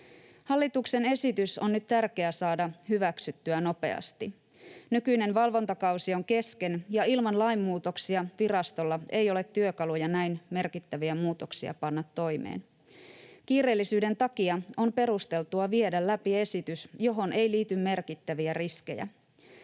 Hallituksen esitys on nyt tärkeää saada hyväksyttyä nopeasti. Nykyinen valvontakausi on kesken, ja ilman lainmuutoksia virastolla ei ole työkaluja panna toimeen näin merkittäviä muutoksia. Kiireellisyyden takia on perusteltua viedä läpi esitys, johon ei liity merkittäviä riskejä.